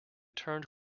turned